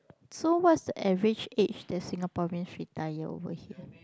so what's the average age the Singaporeans retire over here